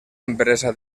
empresa